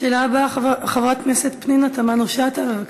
השאלה הבאה, חברת הכנסת פנינה תמנו-שטה, בבקשה.